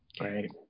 right